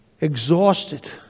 Exhausted